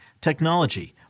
technology